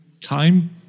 time